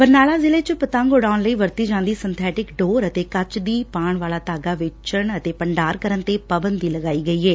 ਬਰਨਾਲਾ ਜ਼ਿਲ੍ਹੇ ਚ ਪਤੰਗ ਉਡਾਉਣ ਲਈ ਵਰਤੀ ਜਾਂਦੀ ਸਿੰਬੈਟਿਕ ਡੋਰ ਅਤੇ ਕੱਚ ਦੀ ਪਾਣ ਵਾਲਾ ਧਾਗਾ ਵੇਚਣ ਅਤੇ ਸਟੋਰ ਕਰਨ ਤੇ ਪਾਬੰਦੀ ਲਾਈ ਗਈ ਏ